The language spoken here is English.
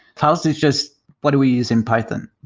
faust is just what we use in python,